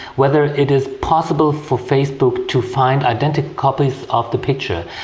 whether it is possible for facebook to find identical copies of the picture.